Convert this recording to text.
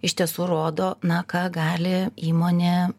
iš tiesų rodo na ką gali įmonė